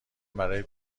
برای